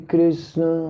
Krishna